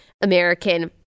American